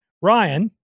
Ryan